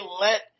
let